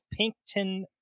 Pinkton